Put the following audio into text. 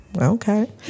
Okay